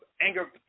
anger